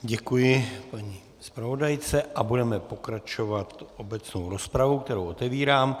Děkuji paní zpravodajce a budeme pokračovat obecnou rozpravou, kterou otevírám.